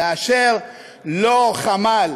על אשר לא חמל.